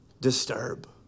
Disturb